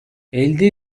elde